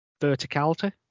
verticality